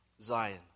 Zion